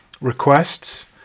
Requests